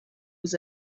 was